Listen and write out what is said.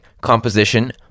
composition